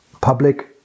public